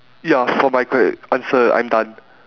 ya for my gr~ answer I'm done